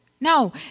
no